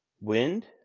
wind